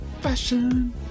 fashion